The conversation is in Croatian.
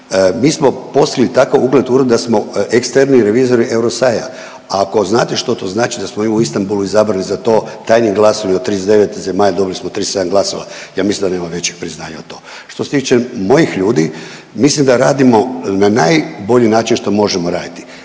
mi smo postigli takav ugled da smo eksterni revizori Eurosaya. Ako znate što to znači da smo mi u Istambulu izabrani za to tajnim glasovanjem od 39 zemalja dobili smo 37 glasova, ja mislim da nema većeg priznanja od toga. Što se tiče mojih ljudi mislim da radimo na najbolji način što možemo raditi.